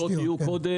-- שהרשתות יהיו קודם,